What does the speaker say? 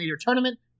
tournament